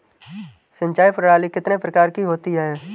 सिंचाई प्रणाली कितने प्रकार की होती है?